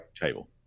table